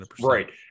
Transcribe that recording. Right